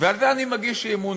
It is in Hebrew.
ועל זה אני מגיש אי-אמון,